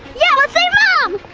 yeah let's save mom!